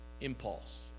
impulse